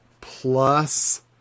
plus